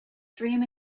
dream